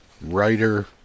writer